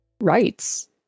rights